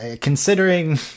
Considering